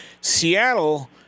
Seattle